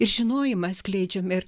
ir žinojimą skleidžiam ir